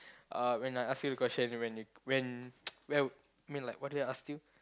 uh when I ask you the question when when I mean like what did I ask you